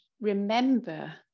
remember